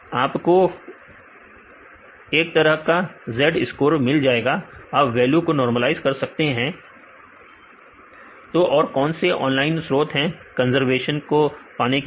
तो आपको एक तरह का Z स्कोर मिल जाएगा आप वैल्यू को नॉर्मलाइज कर सकते हैं तो और कौन से ऑनलाइन स्रोत हैं कंजर्वशन को पाने के लिए